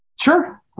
Sure